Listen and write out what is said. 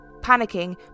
Panicking